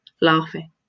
laughing